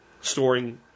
storing